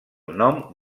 nom